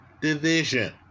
division